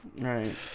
Right